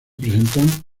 presentan